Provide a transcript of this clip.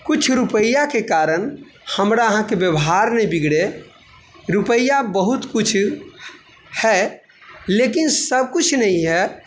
कुछ रुपैआके कारण हमरा अहाँके व्यवहार नहि बिगड़य रुपैआ बहुत किछु है लेकिन सबकुछ नहि है